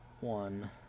one